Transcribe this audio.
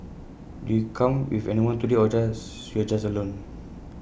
did you come with anyone today or just you're just alone